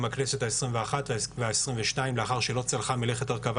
גם הכנסת ה-21 וה-22 לאחר שלא צלחה מלאכת הרכבת